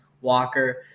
Walker